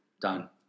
Done